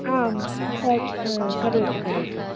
आं तत् करोतु करोतु